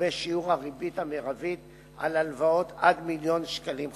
לגבי שיעור הריבית המרבית על הלוואות עד 1 מיליון שקלים חדשים.